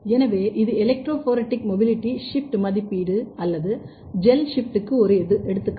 எனவே இது electrophoretic mobility shift மதிப்பீடு அல்லது ஜெல் ஷிப்டுக்கு ஒரு எடுத்துக்காட்டு